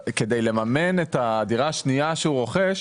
כדי לממן את הדירה השנייה שהוא רוכש,